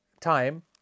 time